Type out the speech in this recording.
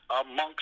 amongst